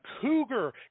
Cougar